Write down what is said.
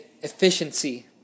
efficiency